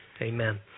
amen